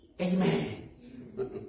Amen